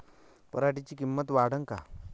पराटीची किंमत वाढन का?